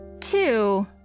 two